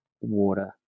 water